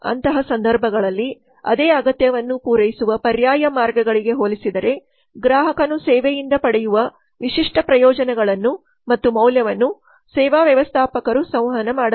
ಅಂತಹ ಸಂದರ್ಭಗಳಲ್ಲಿ ಅದೇ ಅಗತ್ಯವನ್ನು ಪೂರೈಸುವ ಪರ್ಯಾಯ ಮಾರ್ಗಗಳಿಗೆ ಹೋಲಿಸಿದರೆ ಗ್ರಾಹಕನು ಸೇವೆಯಿಂದ ಪಡೆಯುವ ವಿಶಿಷ್ಟ ಪ್ರಯೋಜನಗಳನ್ನು ಮತ್ತು ಮೌಲ್ಯವನ್ನು ಸೇವಾ ವ್ಯವಸ್ಥಾಪಕರು ಸಂವಹನ ಮಾಡಬೇಕು